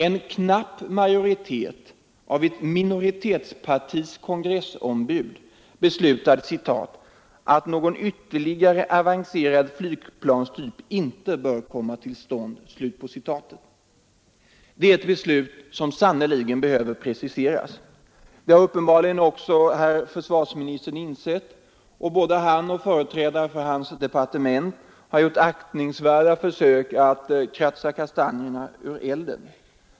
En knapp majoritet av ett minoritetspartis kongressombud beslutade att ”någon ytterligare avancerad flygplanstyp inte bör komma till stånd”. Detta är ett beslut som sannerligen behöver preciseras. Det har uppenbarligen också herr försvarsministern insett, och både han och företrädare för hans departement har gjort aktningsvärda försök att kratsa kastanjerna ur elden.